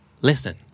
listen